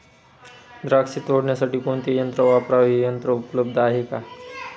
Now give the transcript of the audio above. द्राक्ष तोडण्यासाठी कोणते यंत्र वापरावे? हे यंत्र उपलब्ध आहे का?